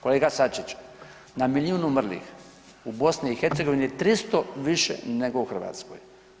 Kolega Sačić, na milijun umrlih, u BiH, 300 više nego u Hrvatskoj.